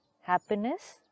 happiness